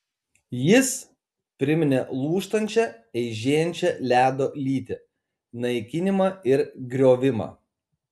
jis priminė lūžtančią eižėjančią ledo lytį naikinimą ir griovimą